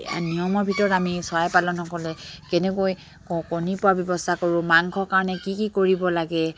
নিয়মৰ ভিতৰত আমি চৰাই পালকসকলে কেনেকৈ কণী পোৱাৰ ব্যৱস্থা কৰোঁ মাংস কাৰণে কি কি কৰিব লাগে